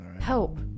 Help